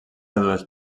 dues